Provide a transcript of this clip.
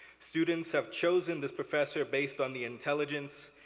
students have chosen this professor based on the intelligence,